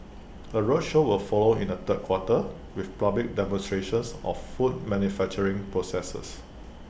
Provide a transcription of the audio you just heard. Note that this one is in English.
A roadshow will follow in the third quarter with public demonstrations of food manufacturing processes